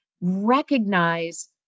recognize